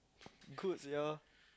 good sia